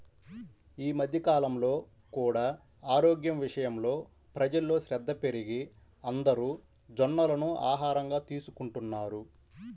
ఈ మధ్య కాలంలో కూడా ఆరోగ్యం విషయంలో ప్రజల్లో శ్రద్ధ పెరిగి అందరూ జొన్నలను ఆహారంగా తీసుకుంటున్నారు